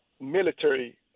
military